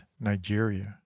nigeria